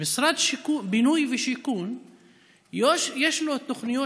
שלמשרד הבינוי והשיכון יש תוכניות